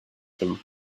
them